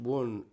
one